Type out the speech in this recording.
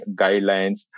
guidelines